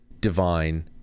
divine